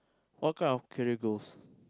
what kind of career goals